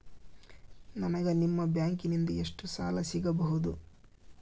ನನಗ ನಿಮ್ಮ ಬ್ಯಾಂಕಿನಿಂದ ಎಷ್ಟು ಸಾಲ ಸಿಗಬಹುದು?